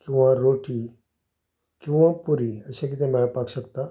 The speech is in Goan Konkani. किंवा रोटी किंवा पुरी अशें किदें मेळपाक शकता